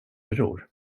bror